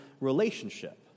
relationship